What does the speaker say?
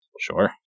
Sure